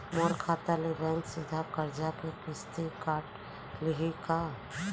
मोर खाता ले बैंक सीधा करजा के किस्ती काट लिही का?